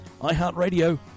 iHeartRadio